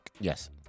Yes